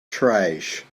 trash